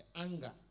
anger